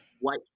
white